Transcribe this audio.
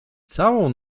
całą